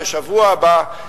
בשבוע הבא,